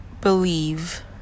believe